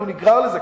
כי הוא נגרר לזה,